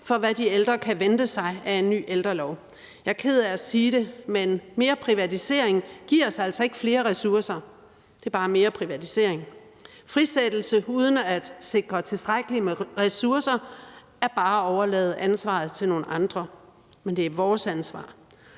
for, hvad de ældre kan vente sig af en ny ældrelov. Jeg er ked af at sige det, men mere privatisering giver os altså ikke flere ressourcer. Det er bare mere privatisering. Frisættelse uden at sikre tilstrækkeligt med ressourcer er bare at overlade ansvaret til nogle andre. Men det er vores ansvar.